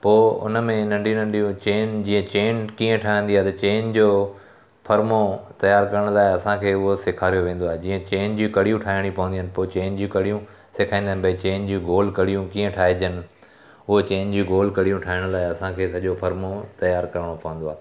पोइ उनमें नंढी नंढियूं चैन जीअं चैन कीअं ठहंदी आहे चैन जो फर्मो तयारु करण लाइ असांखे उहो सेखारियो वेंदो आहे जीअं चैन जूं कड़ियूं ठाहिणियूं पवंदियूं आहिनि पोइ चैन जूं कड़ियूं सेखारींदा भाई चैन जूं गोल कड़ियूं कीअं ठाहिजनि उहो चैन जूं गोल कड़ियूं ठाहिण लाइ असांखे सॼो फर्मो तयारु करणो पवंदो आहे